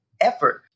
effort